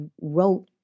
wrote